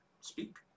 speak